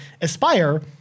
Aspire